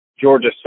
Georgia